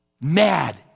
mad